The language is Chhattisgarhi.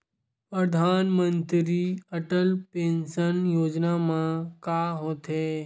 परधानमंतरी अटल पेंशन योजना मा का होथे?